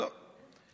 טוב.